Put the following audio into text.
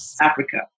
Africa